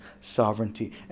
sovereignty